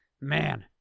Man